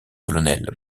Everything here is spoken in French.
colonel